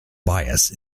bias